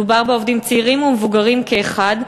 מדובר בעובדים צעירים ומבוגרים כאחד,